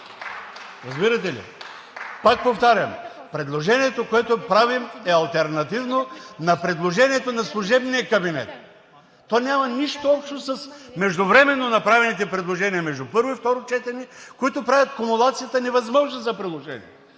Разбирате ли? Пак повтарям: предложението, което правим, е алтернативно на предложението на служебния кабинет. То няма нищо общо с междувременно направените предложения между първо и второ четене, които правят кумулацията невъзможна за приложение.